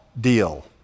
deal